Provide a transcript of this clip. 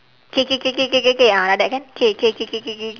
K K K K K K K ah like that can K K K K K K